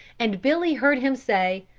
and billy heard him say,